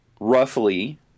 roughly